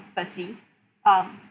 firstly um